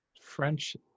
French